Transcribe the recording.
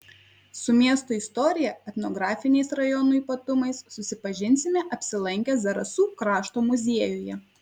su miesto istorija etnografiniais rajono ypatumais susipažinsime apsilankę zarasų krašto muziejuje